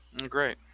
Great